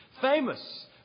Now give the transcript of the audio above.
Famous